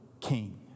king